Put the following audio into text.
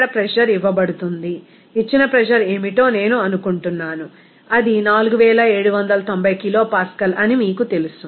అక్కడ ప్రెజర్ ఇవ్వబడుతుంది ఇచ్చిన ప్రెజర్ ఏమిటో నేను అనుకుంటున్నాను అది 4790 కిలోపాస్కల్ అని మీకు తెలుసు